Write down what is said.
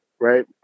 right